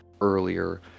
earlier